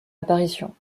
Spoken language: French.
apparition